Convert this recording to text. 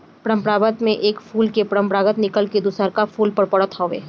परपरागण में एक फूल के परागण निकल के दुसरका फूल पर परत हवे